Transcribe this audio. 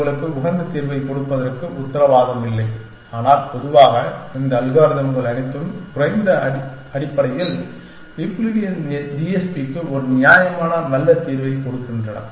உங்களுக்கு உகந்த தீர்வைக் கொடுப்பதற்கு உத்தரவாதம் இல்லை ஆனால் பொதுவாக இந்த அல்காரிதம்கள் அனைத்தும் குறைந்தபட்ச அடிப்படையில் யூக்ளிடியன் டிஎஸ்பிக்கு ஒரு நியாயமான நல்ல தீர்வைக் கொடுக்கின்றன